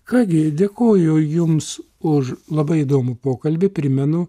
ką gi dėkoju jums už labai įdomų pokalbį primenu